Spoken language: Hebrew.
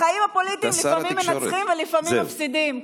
בחיים הפוליטיים לפעמים מנצחים ולפעמים מפסידים,